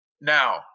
Now